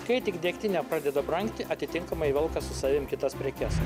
kai tik degtinė pradeda brangti atitinkamai velka su savim kitas prekes